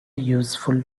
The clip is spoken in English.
useful